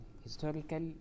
Historical